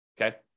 Okay